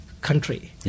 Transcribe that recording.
country